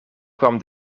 kwam